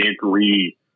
agree